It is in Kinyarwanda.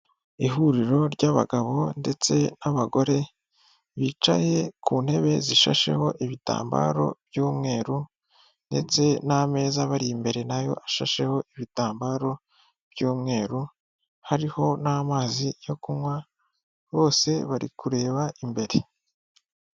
Ihuriro ry'abagabo ndetse n'abagore, bicaye ku ntebe zishasheho ibitambaro by'umweru, ndetse n'ameza abari imbere nayo ashasheho ibitambaro by'umweru, hariho n'amazi yo kunywa bose bari kureba imbere.